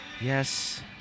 Yes